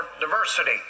diversity